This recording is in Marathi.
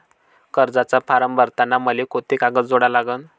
कर्जाचा फारम भरताना मले कोंते कागद जोडा लागन?